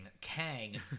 Kang